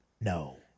No